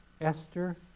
Esther